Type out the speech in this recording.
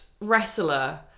wrestler